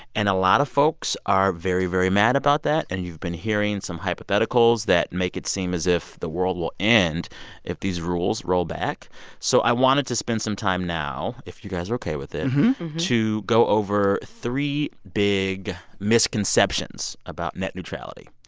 and a lot of folks are very, very mad about that. and you've been hearing some hypotheticals that make it seem as if the world will end if these rules roll back so i wanted to spend some time now if you guys are ok with it to go over three big misconceptions about net neutrality.